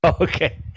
Okay